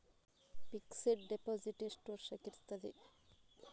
Fixed deposit ಎಷ್ಟು ವರ್ಷಕ್ಕೆ ಇರುತ್ತದೆ?